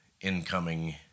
incoming